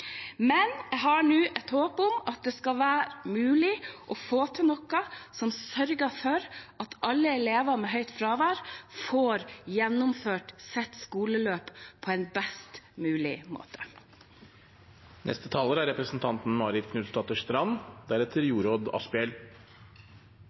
men jeg har nå et håp om at det skal være mulig å få til noe som sørger for at alle elever med høyt fravær får gjennomført sitt skoleløp på en best mulig måte.